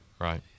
right